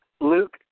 Luke